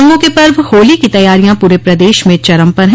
रंगों के पर्व होली की तैयारियां पूरे प्रदेश में चरम पर है